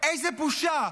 איזו בושה.